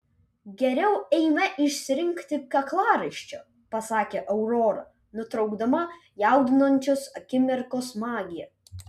geriau eime išsirinkti kaklaraiščio pasakė aurora nutraukdama jaudinančios akimirkos magiją